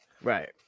Right